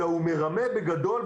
אלא הוא מרמה בגדול.